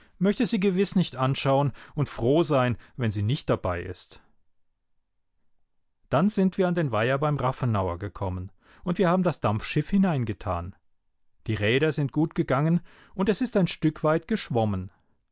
möchte sie gewiß nicht anschauen und froh sein wenn sie nicht dabei ist dann sind wir an den weiher beim rafenauer gekommen und wir haben das dampfschiff hineingetan die räder sind gut gegangen und es ist ein stück weit geschwommen